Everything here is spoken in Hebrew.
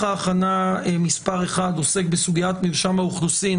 הכנה מס' 1 עוסק בסוגיית מרשם האוכלוסין.